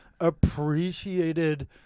appreciated